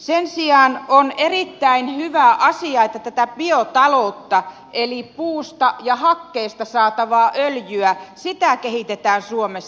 sen sijaan on erittäin hyvä asia että tätä biotaloutta eli puusta ja hakkeesta saatavaa öljyä kehitetään suomessa